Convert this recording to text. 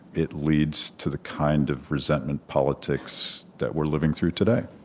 it leads to the kind of resentment politics that we're living through today